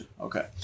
Okay